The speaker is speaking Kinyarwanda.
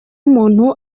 umuntu